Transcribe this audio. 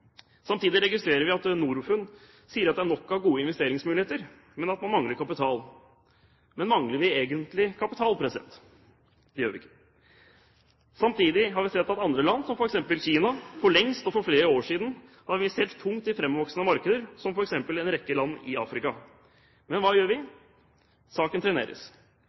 Samtidig registrerer vi at Norfund sier at det er nok av gode investeringsmuligheter, men at man mangler kapital. Men mangler vi egentlig kapital? Det gjør vi ikke. Samtidig har vi sett at andre land, som f.eks. Kina, for lengst, for flere år siden, har investert tungt i framvoksende markeder, som f.eks. i en rekke land i Afrika. Men hva gjør vi? Saken treneres.